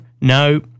No